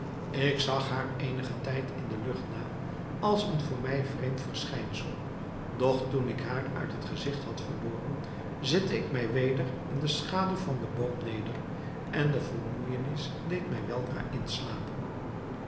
ik zag haar eenigen tijd in de lucht na als een voor mij vreemd verschijnsel doch toen ik haar uit het gezigt had verloren zette ik mij weder in de schaduw van den boom neder en de vermoeijenis deed mij weldra inslapen